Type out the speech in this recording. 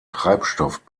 treibstoff